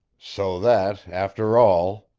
so that, after all,